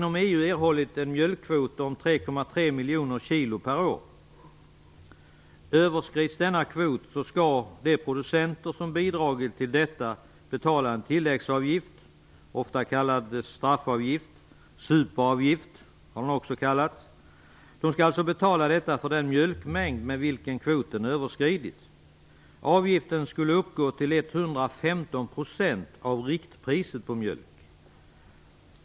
Om denna kvot överskrids, skall de producenter som bidragit till detta betala en tilläggsavgift, ofta kallad straffavgift eller superavgift, som den också har kallats. De skall alltså betala för den mjölkmängd med vilken kvoten överskridits. Avgiften skulle uppgå till 115 % av riktpriset på mjölken.